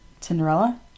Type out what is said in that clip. Cinderella